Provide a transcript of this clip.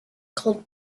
called